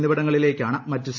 എന്നിവിടങ്ങളിലേയ്ക്കാണ് മറ്റ് ഐ